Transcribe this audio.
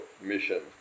mission